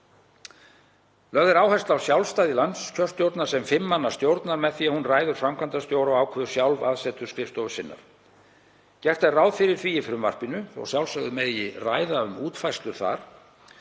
Lögð er áhersla á sjálfstæði landskjörstjórnar sem fimm manna stjórnar með því að hún ræður framkvæmdastjóra og ákveður sjálf aðsetur skrifstofu sinnar. Gert er ráð fyrir því í frumvarpinu, þótt að sjálfsögðu megi ræða um útfærslur þar,